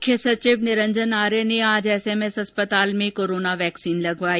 मुख्य सचिव निरंजन आर्य ने आज एसएमएस अस्पताल में कोरोना वैक्सीन लगवाई